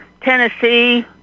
Tennessee